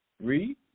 Read